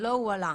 ולא הועלה.